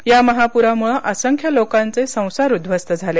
या महापुरामुळे असंख्य लोकांचे संसार उदध्वस्त झाले